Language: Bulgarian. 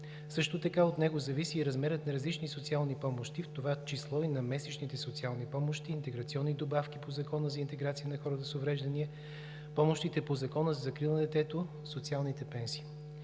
също така зависи размерът на различни социални помощи, в това число и на месечните социални помощи, интеграционни добавки по Закона за интеграция на хората с увреждания, помощите по Закона за закрила на детето, социалните пенсии.